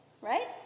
right